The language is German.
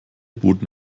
boten